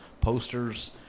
posters